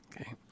Okay